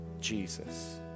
Jesus